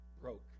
broke